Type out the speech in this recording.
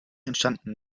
entstanden